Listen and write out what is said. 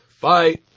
Bye